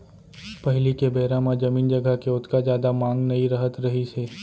पहिली के बेरा म जमीन जघा के ओतका जादा मांग नइ रहत रहिस हे